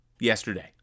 yesterday